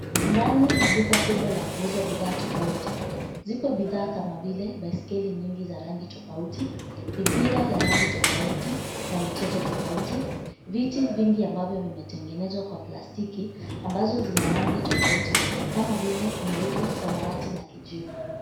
Ndani ya duka kubwa la kuza bidhaa tofauti. Zipo bidhaa kama vile baiskeli za rangi tofauti, mipira ya rangi tofauti na michezo tofauti, viti vingi ambavyo vimetengenezwa kwa plastiki ambazo zina rangi tofauti kama vile nyeupe, samawati na kijivu.